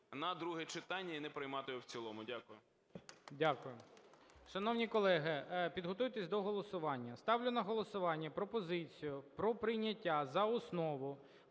на друге читання і не приймати його в цілому. Дякую. ГОЛОВУЮЧИЙ. Дякую. Шановні колеги, підготуйтесь до голосування. Ставлю на голосування пропозицію про прийняття за основу